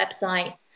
website